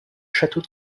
château